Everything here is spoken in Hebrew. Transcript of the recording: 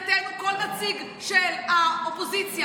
מבחינתנו כל נציג של האופוזיציה,